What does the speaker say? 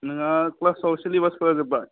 नोंहा क्लासाव सिलेबासफोरा जोब्बाय